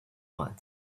one